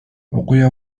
окуя